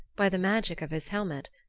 by the magic of his helmet,